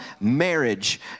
marriage